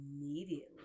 immediately